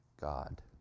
God